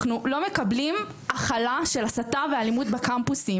אנחנו לא מקבלים הכלה של הסתה ואלימות בקמפוסים.